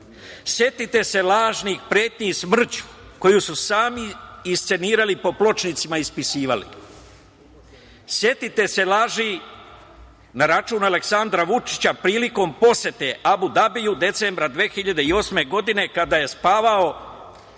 Đilas. Setite se lažnih pretnji smrću koju su sami iscenirali i po pločnicima ispisivali. Setite se laži na račun Aleksandra Vučića prilikom posete Abu Dabiju decembra 2008. godine, kada je spavao